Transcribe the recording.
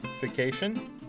Vacation